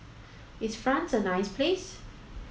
is France a nice place